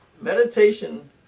Meditation